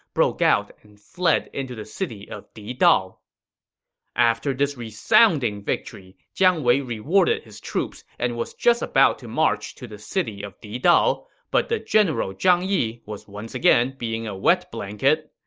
broke out and fled into the city of didao after this resounding victory, jiang wei rewarded his troops and was just about to march on to the city of didao, but the general zhang yi was once again being a wet blanket.